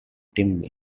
timmy